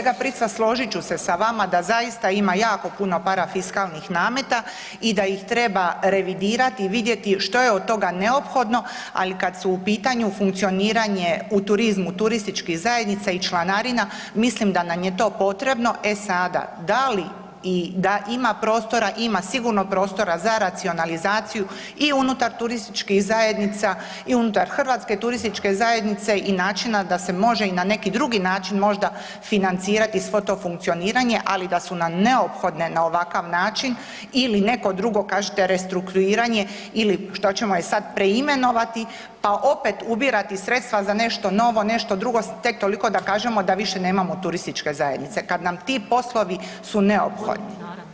Hvala lijepo kolega Prica složit ću se sa vama da zaista ima jako puno parafiskalnih nameta i da ih treba revidirati i vidjeti što je od toga neophodno, ali kad su u pitanju funkcioniranje u turizmu, turističkih zajednica i članarina mislim da nam je to potrebno, e sada da li i da ima prostora ima sigurno prostora za racionalizaciju i unutar turističkih zajednica i unutar Hrvatske turističke zajednice i načina da se može i na neki drugi način možda financirati svo to funkcioniranje, ali da su nam neophodne na ovakav način ili neko drugo kažete restrukturiranje ili što ćemo je sad preimenovati pa opet ubirati sredstva za nešto novo, nešto drugo tek toliko da kažemo da više nemamo turističke zajednice kad nam ti poslovi su neophodni.